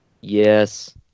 Yes